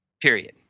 period